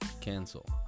cancel